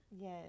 Yes